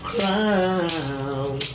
Crown